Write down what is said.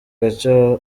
gace